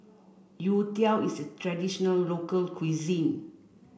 Youtiao is a traditional local cuisine